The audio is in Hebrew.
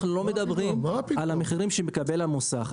אנחנו לא מדברים על המחירים שמקבל המוסך.